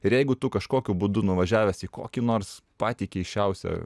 ir jeigu tu kažkokiu būdu nuvažiavęs į kokį nors patį keisčiausią